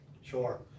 Sure